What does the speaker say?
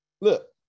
Look